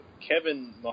Kevin